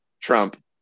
trump